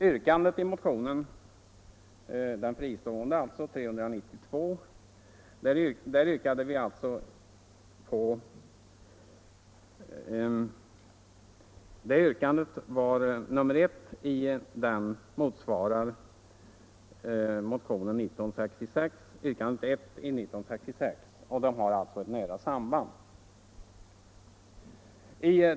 Yrkandet i den fristående motionen, nr 392, och yrkandet nr I i motionen 1966 har ett nära samband.